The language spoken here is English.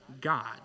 God